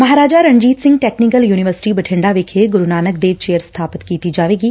Maharaja Ranjit Singh technical university Bathinda ਵਿਖੇ Guru Nanak Dev chair ਸਥਾਪਿਤ ਕੀਤੀ ਜਾਵੇਗੀ